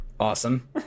Awesome